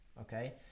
Okay